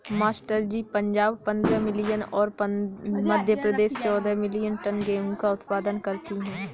master ji Punjab पंद्रह million और मध्य प्रदेश चौदह मिलीयन टन गेहूं का उत्पादन करती है